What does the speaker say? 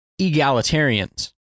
egalitarians